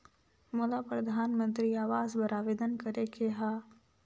मोला परधानमंतरी आवास बर आवेदन करे के हा?